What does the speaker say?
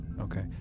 okay